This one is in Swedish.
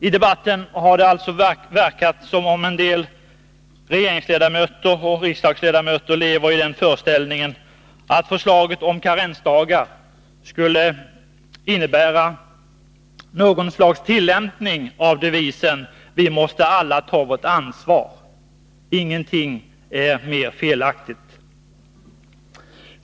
I debatten har det alltså verkat som om en del regeringsoch riksdagsledamöter lever i den föreställningen, att förslaget om karensdagar skulle innebära något slags tillämpning av devisen ”vi måste alla ta vårt ansvar”. Ingenting är mer felaktigt.